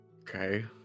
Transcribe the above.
Okay